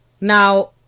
now